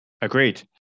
Agreed